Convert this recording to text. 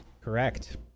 Correct